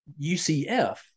UCF